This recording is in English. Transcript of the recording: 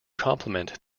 complement